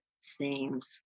seems